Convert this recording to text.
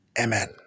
Amen